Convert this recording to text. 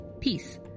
Peace